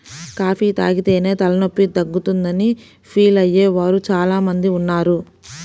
coffee తాగితేనే తలనొప్పి తగ్గుతుందని ఫీల్ అయ్యే వారు చాలా మంది ఉన్నారు